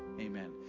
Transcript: Amen